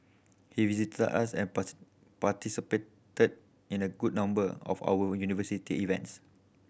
he visited us and participated in a good number of our university events